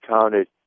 counted